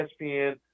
ESPN